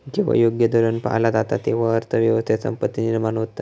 जेव्हा योग्य धोरण पाळला जाता, तेव्हा अर्थ व्यवस्थेत संपत्ती निर्माण होता